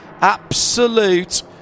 absolute